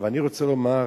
אני רוצה לומר,